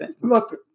Look